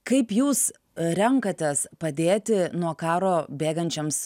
kaip jūs renkatės padėti nuo karo bėgančioms